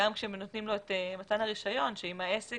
כשנותנים לו את מתן הרישיון שאם העסק